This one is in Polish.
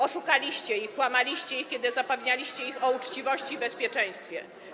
Oszukaliście ich, kłamaliście, kiedy zapewnialiście ich o uczciwości i bezpieczeństwie.